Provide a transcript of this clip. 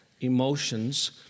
emotions